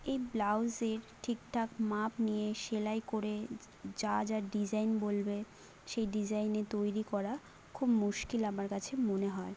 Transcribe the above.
এই ব্লাউজের ঠিকঠাক মাপ নিয়ে সেলাই করে যা যা ডিজাইন বলবে সেই ডিজাইনে তৈরি করা খুব মুশকিল আমার কাছে মনে হয়